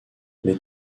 les